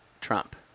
Trump